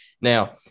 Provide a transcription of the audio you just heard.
Now